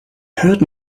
heard